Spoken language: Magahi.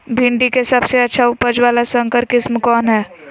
भिंडी के सबसे अच्छा उपज वाला संकर किस्म कौन है?